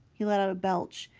he let out a belch.